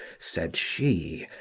said she,